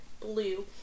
blue